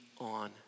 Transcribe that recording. on